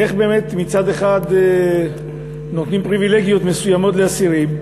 איך באמת מצד אחד נותנים פריבילגיות מסוימות לאסירים,